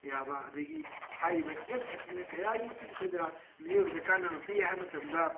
ꯌꯥꯕ ꯑꯗꯒꯤ ꯍꯥꯏꯔꯤꯕ ꯑꯦꯞꯁ ꯑꯁꯤꯅ ꯀꯌꯥꯒꯤ ꯃꯇꯤꯛ ꯑꯩꯈꯣꯏꯗ ꯃꯤꯑꯣꯏꯕꯗ ꯀꯥꯟꯅꯕ ꯄꯤ ꯍꯥꯏꯕ ꯃꯇꯝꯗ